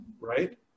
right